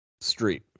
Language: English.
street